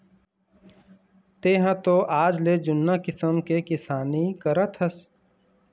तेंहा तो आजले जुन्ना किसम के किसानी करत हस